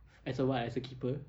as a what as a keeper